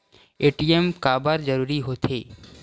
ATM काबर जरूरी हो थे?